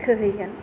थोहैगोन